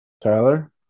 Tyler